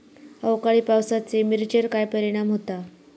अवकाळी पावसाचे मिरचेर काय परिणाम होता?